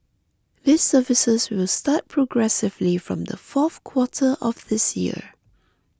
these services will start progressively from the fourth quarter of this year